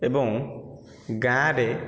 ଏବଂ ଗାଁରେ